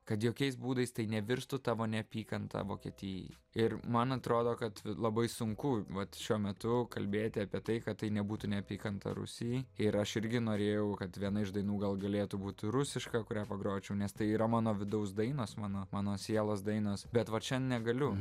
kad jokiais būdais tai nevirstų tavo neapykanta vokietijai ir man atrodo kad labai sunku vat šiuo metu kalbėti apie tai kad tai nebūtų neapykanta rusijai ir aš irgi norėjau kad viena iš dainų gal galėtų būt rusiška kurią pagročiau nes tai yra mano vidaus dainos mano mano sielos dainos bet vat čia negaliu